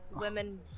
women